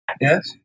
Yes